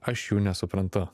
aš jų nesuprantu